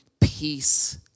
peace